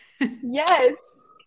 Yes